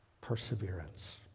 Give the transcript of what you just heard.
perseverance